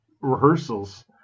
rehearsals